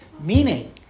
Meaning